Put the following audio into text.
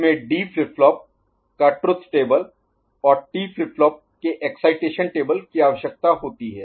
इसमें D flip flop का truth table और टी फ्लिप फ्लॉप के एक्साइटेशन टेबल की आवश्यकता होती है